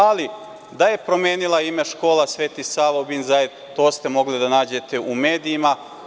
Ali, da je promenila ime škola „Sveti Sava“ u „Bin Zaid“, to ste mogli da nađete u medijima.